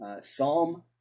Psalm